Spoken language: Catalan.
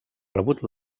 rebut